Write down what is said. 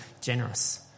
generous